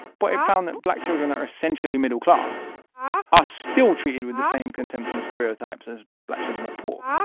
but it found that black children that are essentially middle class are still treated with the same contempt and stereotypes as black children that are poor.